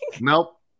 Nope